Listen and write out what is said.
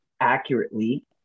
accurately